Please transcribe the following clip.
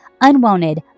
unwanted